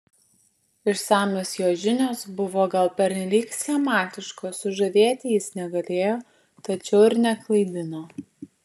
išsamios jo žinios buvo gal pernelyg schematiškos sužavėti jis negalėjo tačiau ir neklaidino